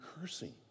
cursing